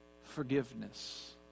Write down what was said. forgiveness